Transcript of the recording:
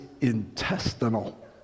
intestinal